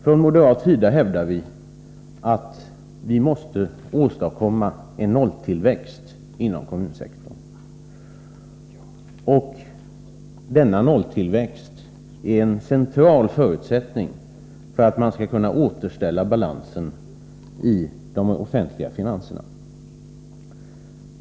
Från moderat sida hävdar vi, att vi måste åstadkomma en nolltillväxt inom kommunsektorn. Denna nolltillväxt är en central förutsättning för att man skall kunna återställa balansen i de offentliga finanserna.